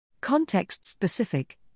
Context-specific